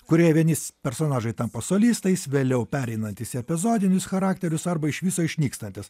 kurioje vieni s personažai tampa solistais vėliau pereinantys į epizodinius charakterius arba iš viso išnykstantys